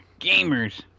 Gamers